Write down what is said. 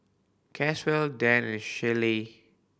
Caswell Dann and Shellie